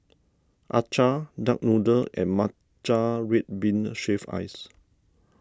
Acar Duck Noodle and Matcha Red Bean Shaved Ice